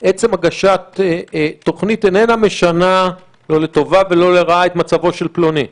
עצם הגשת תוכנית איננה משנה לא לטובה ולא לרעה את מצבו של פלוני.